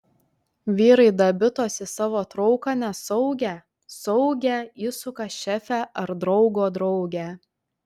vyrai dabitos į savo trauką nesaugią saugią įsuka šefę ar draugo draugę